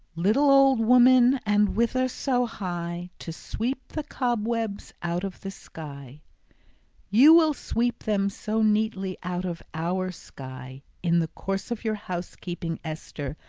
little old woman, and whither so high to sweep the cobwebs out of the sky you will sweep them so neatly out of our sky in the course of your housekeeping, esther,